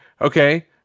Okay